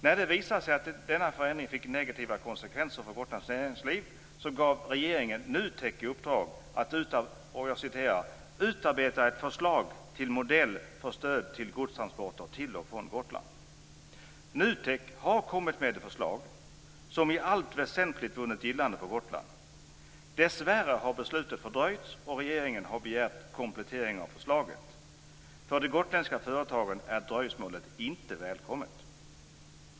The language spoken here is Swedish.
När det visade sig att denna förändring fick negativa konsekvenser för Gotlands näringsliv gav regeringen NUTEK i uppdrag att "utarbeta ett förslag till modell för stöd till godstransporter till och från Gotland." NUTEK har kommit med ett förslag som i allt väsentligt vunnit gillande på Gotland. Dessvärre har beslut fördröjts, och regeringen har begärt komplettering av förslaget. För de gotländska företagen är dröjsmålet inte välkommet.